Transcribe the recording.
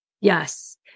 Yes